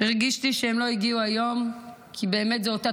הרגשתי שהם לא הגיעו היום כי באמת זו אותה